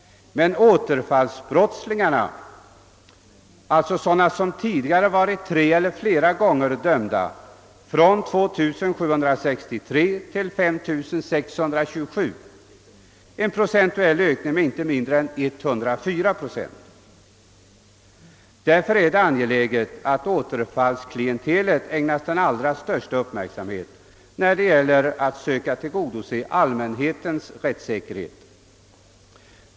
Men = återfallsbrottslingarna, d.v.s. sådana som tidigare varit dömda tre eller flera gånger, ökade från 2 763 till 5 627, alltså en ökning med inte mindre än 104 procent. Det är därför angeläget att återfallsklientelet ägnas den allra största uppmärksamhet, när vi söker tillgodose allmänhetens rättssäkerhet.